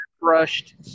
brushed